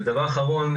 ודבר אחרון,